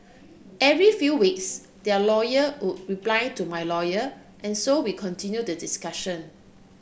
every few weeks their lawyer would reply to my lawyer and so we continued the discussion